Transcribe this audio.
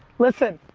listen,